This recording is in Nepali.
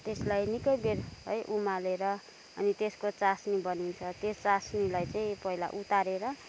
त्यसलाई निकैबेर है उमालेर अनि त्यसको चास्नी बनिन्छ त्यो चास्नीलाई चाहिँ पहिला उतारेर